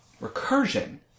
recursion